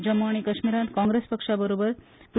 जम्मु आनी काश्मीरात काँग्रेस पक्षाबरोबर पी